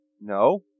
No